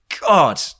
God